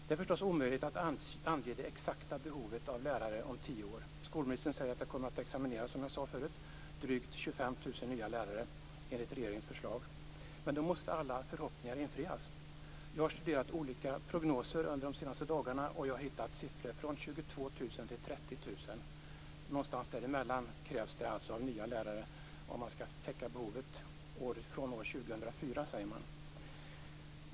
Det är förstås omöjligt att ange det exakta behovet av lärare om tio år. Skolministern säger här, som jag tidigare nämnt, att drygt 25 000 nya lärare kommer att examineras; detta enligt regeringens förslag. Men då måste alla förhoppningar infrias. Jag har under de senaste dagarna studerat olika prognoser och har hittat olika siffror. 22 000-30 000 nya lärare krävs det för att täcka behovet från år 2004, säger man.